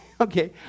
okay